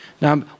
Now